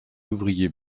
ouvrier